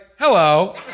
hello